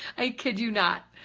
i kid you not,